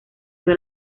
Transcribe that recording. vio